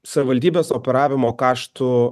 savivaldybės operavimo kaštų